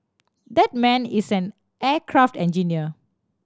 that man is an aircraft engineer